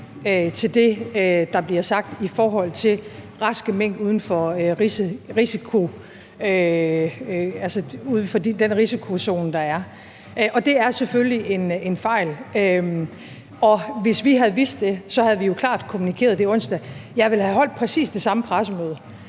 til det, der blev sagt, i forhold til raske mink uden for den risikozone, der er. Det er selvfølgelig en fejl, og hvis vi havde vidst det, havde vi jo klart kommunikeret det onsdag. Jeg ville have holdt præcis det samme pressemøde,